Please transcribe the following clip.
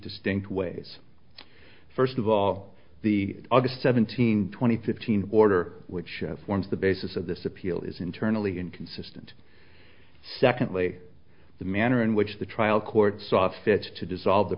distinct ways first of all the other seventeen twenty fifteen order which forms the basis of this appeal is internally inconsistent secondly the manner in which the trial court saw fit to dissolve the